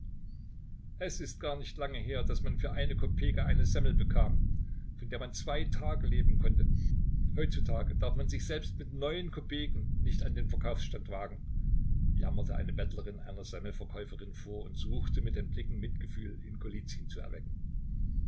es ist gar nicht lange her daß man für eine kopeke eine semmel bekam von der man zwei tage leben konnte heutzutage darf man sich selbst mit neun kopeken nicht an den verkaufsstand wagen jammerte eine bettlerin einer semmelverkäuferin vor und suchte mit den blicken mitgefühl in golizyn zu erwecken